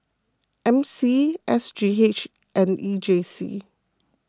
M C S G H and E J C